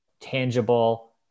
tangible